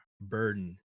burden